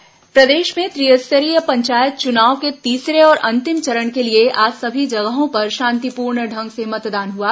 पंचायत चुनाव प्रदेश में त्रिस्तरीय पंचायत चुनाव के तीसरे और अंतिम चरण के लिए आज सभी जगहों पर शांतिपूर्ण ढंग से मतदान हुआ